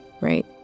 right